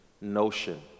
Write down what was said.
notion